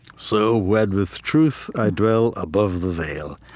so, wed with truth, i dwell above the veil.